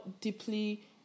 deeply